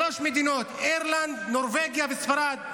שלוש מדינות, אירלנד, נורבגיה וספרד,